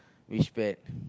which pet